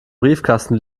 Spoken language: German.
briefkasten